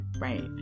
Right